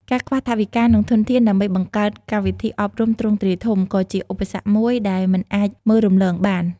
ការខ្វះថវិកានិងធនធានដើម្បីបង្កើតកម្មវិធីអប់រំទ្រង់ទ្រាយធំ ក៏ជាឧបសគ្គមួយដែលមិនអាចមើលរំលងបាន។